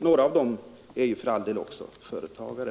Några av medlemmarna bland riksdagsmännen är för all del också företagare.